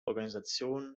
organisation